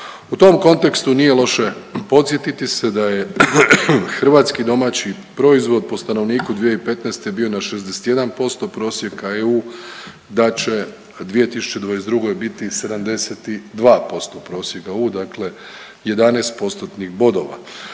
U tom kontekstu nije loše podsjetiti se da je hrvatski domaći proizvod po stanovniku 2015. bio na 61% prosjeka EU, da će u 2022. biti 72% prosjeka EU, dakle 11%-tnih bodova.